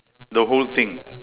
the whole thing